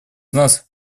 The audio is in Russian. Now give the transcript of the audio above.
нас